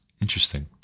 Interesting